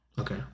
Okay